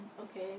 okay